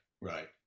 right